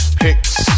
pics